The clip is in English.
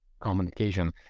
communication